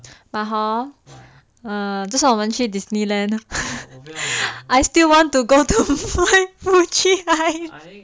but hor 就算我们去 disneyland I still want to go my mochi high